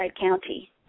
County